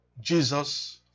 Jesus